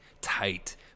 tight